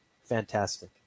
fantastic